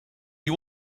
you